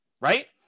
right